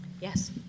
Yes